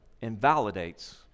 invalidates